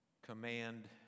Command